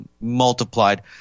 multiplied